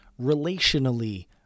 relationally